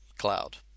cloud